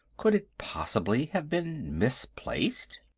could it possibly have been misplaced?